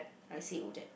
I said Odette